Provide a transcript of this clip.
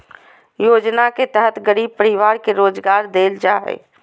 योजना के तहत गरीब परिवार के रोजगार देल जा हइ